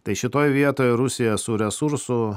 tai šitoj vietoj rusija su resursų